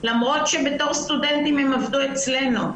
למרות שכסטודנטים הם עבדו אצלנו.